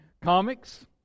comics